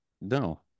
No